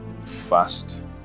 fast